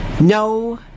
No